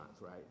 right